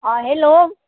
अँ हेलो